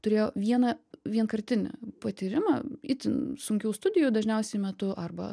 turėjo vieną vienkartinį patyrimą itin sunkių studijų dažniausiai metu arba